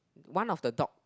one of the dog